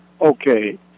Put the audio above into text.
okay